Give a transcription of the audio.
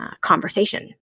conversation